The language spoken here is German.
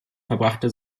verbrachte